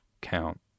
count